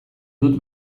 dut